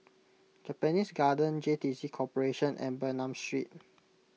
Japanese Garden JTC Corporation and Bernam Street